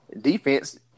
Defense